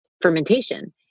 fermentation